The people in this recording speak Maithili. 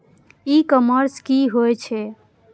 ई कॉमर्स की होय छेय?